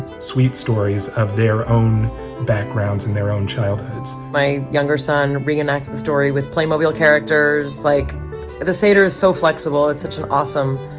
sweet stories of their own backgrounds and their own childhoods. my younger son reenacts the story with playmobil characters like the seder is so flexible, it's such an awesome